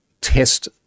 test